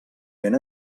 ben